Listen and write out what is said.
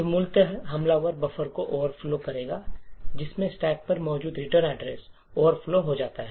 तो मूलतः हमलावर बफर को ओवरफ्लो करेगा जिससे स्टैक पर मौजूद रिटर्न एड्रेस ओवरराइट हो जाता है